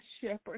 shepherd